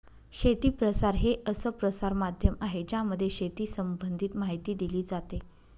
शेती प्रसार हे असं प्रसार माध्यम आहे ज्यामध्ये शेती संबंधित माहिती दिली जाते